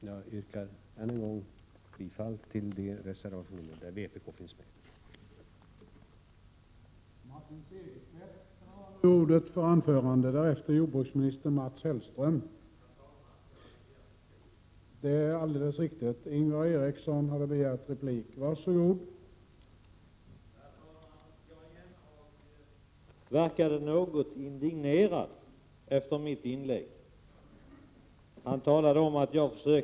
Jag yrkar än en gång bifall till de reservationer där vpk finns med.